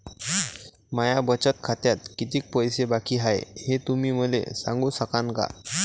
माया बचत खात्यात कितीक पैसे बाकी हाय, हे तुम्ही मले सांगू सकानं का?